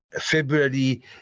February